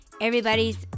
everybody's